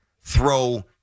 throw